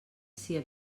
sia